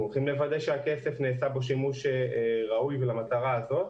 אנחנו הולכים לוודא שבכסף נעשה שימוש ראוי ולמטרה הזאת,